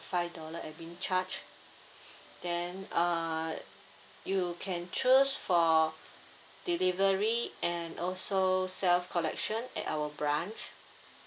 five dollar admin charge then uh you can choose for delivery and also self collection at our branch